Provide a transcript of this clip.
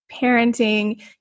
parenting